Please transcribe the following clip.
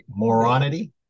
Moronity